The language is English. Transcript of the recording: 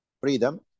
freedom